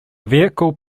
vehicle